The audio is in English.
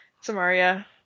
Samaria